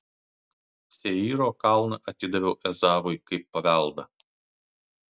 seyro kalną atidaviau ezavui kaip paveldą